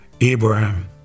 Abraham